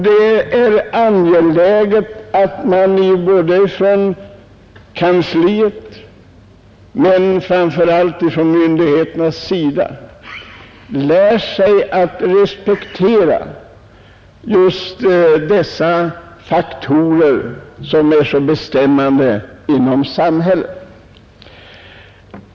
Det är angeläget att man inom Kungl. Maj:ts kansli men framför allt hos myndigheterna lär sig att respektera just dessa faktorer som är av sådan betydelse inom samhället.